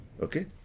okay